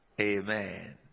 Amen